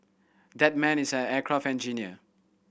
that man is an aircraft engineer